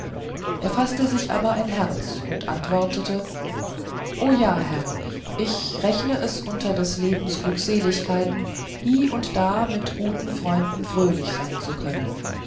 er faßte sich aber ein herz und antwortete o ja herr ich rechne es unter des lebens glückseligkeiten hie und da mit guten freunden fröhlich sein zu können